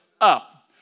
up